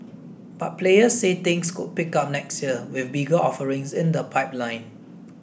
but players say things could pick up next year with bigger offerings in the pipeline